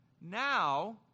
Now